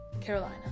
Carolina